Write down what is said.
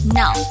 now